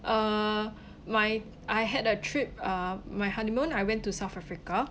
uh my I had a trip uh my honeymoon I went to south africa